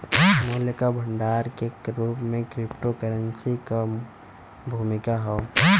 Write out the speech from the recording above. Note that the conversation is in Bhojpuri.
मूल्य क भंडार के रूप में क्रिप्टोकरेंसी क भूमिका हौ